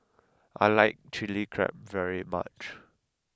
I like Chili Crab very much